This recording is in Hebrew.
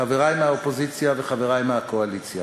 חברי מהאופוזיציה וחברי מהקואליציה,